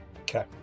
Okay